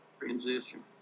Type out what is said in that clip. transition